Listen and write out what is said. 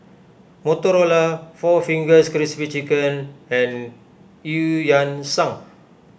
Motorola four Fingers Crispy Chicken and Eu Yan Sang